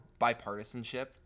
bipartisanship